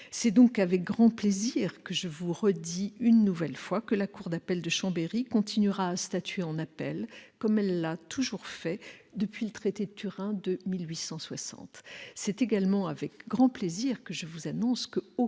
C'est donc avec grand plaisir que je vous redis, une nouvelle fois, que la cour d'appel de Chambéry continuera à statuer en appel, comme elle le fait depuis le traité de Turin de 1860. C'est également avec grand plaisir que je vous annonce qu'aucun